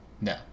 no